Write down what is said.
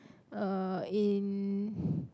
uh in